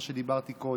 מה שדיברתי קודם.